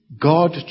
God